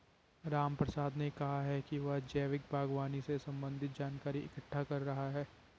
रामप्रसाद ने कहा कि वह जैविक बागवानी से संबंधित जानकारी इकट्ठा कर रहा है